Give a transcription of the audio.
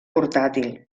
portàtil